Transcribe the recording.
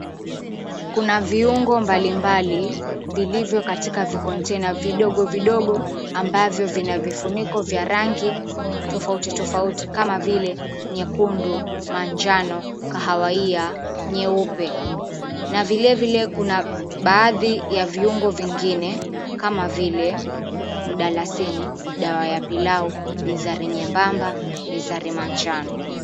Kuna viungo mbalimbali vilivyo katika vikontaina vidogo vidogo ambavyo vina vifuniko vya rangi tofauti tofauti kama vile nyekundu, manjano, kahawia, nyeupe na vilevile kuna baadhi ya viungo vingine kama vile mdalasini, dawa ya pilau, bizari nyembamba, bizari manjano.